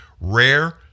rare